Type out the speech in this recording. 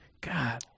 God